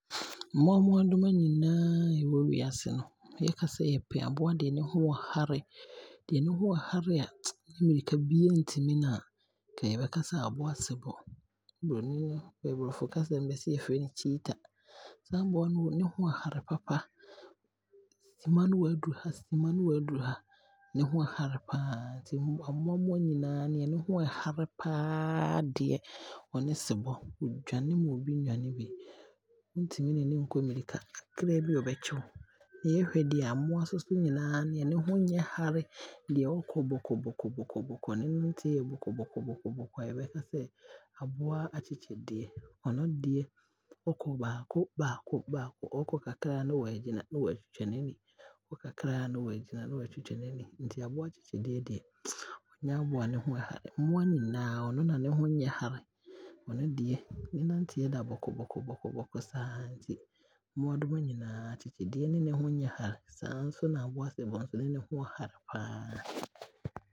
Mmoa mmoadoma nyinaa a ɛwɔ wiase no, sɛ yɛka sɛ aboa deɛ ne ho ɛɛhare, deɛ ne ho ɛɛhare a wɔ mmirika mu na obiara ntumi no a, nka yɛbɛka sɛ aboa sebɔ, broni no, brɔfo kasa mu no bɛse bɛfrɛ no cheeta saa aboa no ne ho yɛ hare papa Sima na waaduru ha, sima ne waaduru ha, ne ho ɛɛhare paa, nti mmoa mmoa nyinaa no neɛ ne ho ɛɛhare paa deɛ ɔne ɔsebɔ. Ɔdwane mma obi nnwane bi. Wontumi ne no nkɔ mmirika wokɔ kakraabi a ɔbɛkye wo. Na yɛhwɛ mmoa nyinaa deɛ ne ho nnyɛ hare deɛ ɔkɔ bɔkɔbɔkɔ ne nanteɛ yɛ bɔkɔ bɔkɔ bɔkɔ bɔkɔ a Yɛbɛkasɛ aboa akyekyedeɛ, ɔno deɛ ɔkɔ baako baako baako, ɔkɔ kakra aa na waagyina na waatwa n'ani, ɔkɔ kakra aa na waagyina na waatwa n'ani. Nti aboa akyekyedeɛ ɔnyɛ aboa a ne ho yɛ ɛɛhare, mmoa nyinaa ɔno ne ne ho nnyɛ hare. Ɔno deɛ ne nanteɛ da bɔkɔ bɔkɔ bɔkɔ bɔkɔ saaa. Nti mmoadoma nyinaa deɛ ne ho nnyɛ hare ne no, saa nso na aboa sebɔ na ne ho ɛɛhare paa